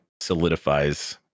solidifies